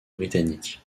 britanniques